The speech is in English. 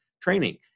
training